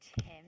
Tim